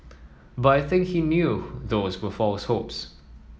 but I think he knew those were false hopes